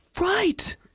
Right